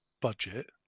budget